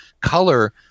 color